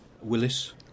Willis